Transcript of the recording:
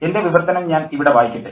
എൻ്റെ വിവർത്തനം ഞാൻ ഇവിടെ വായിക്കട്ടെ